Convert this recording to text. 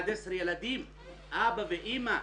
11 ילדים, אבא ואמא.